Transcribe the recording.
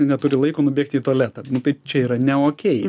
neturi laiko nubėgt į tualetą tai čia yra ne okei